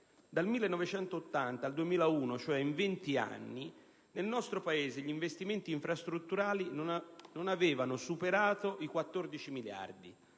«dal 1980 fino al 2001, cioè, in venti anni, nel nostro Paese gli investimenti infrastrutturali (...) non avevano superato i 14 miliardi